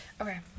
Okay